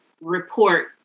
report